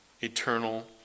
eternal